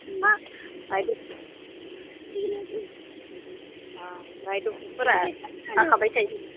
माहाय ओमफ्राय ड'क्टरफोरा थाखाबाय थायो नामा